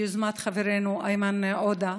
ביוזמת חברנו איימן עודה,